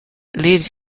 lives